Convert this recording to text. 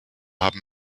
haben